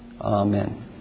Amen